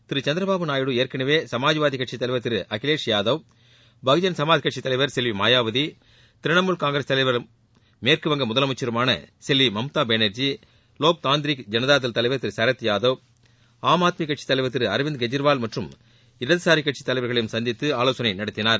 திரு சந்திரபாபு நாயுடு ஏற்கனவே சமாஜ்வாதி கட்சித் தலைவர் திரு அகிலேஷ் யாதவ் பகுஜன் சமாஜ் கட்சித் தலைவர் செல்வி மாயாவதி திரிணாமுல் காங்கிரஸ் கட்சித் தலைவரும் மேற்கு வங்கம் முதலமைச்சருமான செல்வி மம்தா பானார்ஜி வோக் தந்தீரீக் ஜனதாதள் தலைவர் திரு சுரத்யாதவ் ஆம் ஆத்மி கட்சித் தலைவர் திரு அரவிந்த் கெஜ்ரிவால் மற்றும் இடதுசாரி கட்சித் தலைவர்களையும் சந்தித்து ஆலோசனை நடத்தினார்